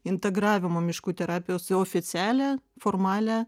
integravimo miškų terapijos į oficialią formalią